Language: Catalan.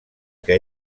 que